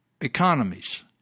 economies